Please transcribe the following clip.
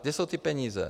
Kde jsou ty peníze?